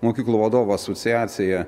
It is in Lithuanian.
mokyklų vadovų asociacija